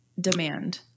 demand